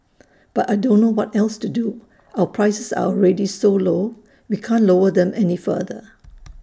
but I don't know what else to do our prices are already so low we can't lower them any further